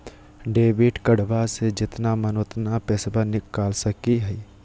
Debit कार्डबा से जितना मन उतना पेसबा निकाल सकी हय?